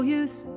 use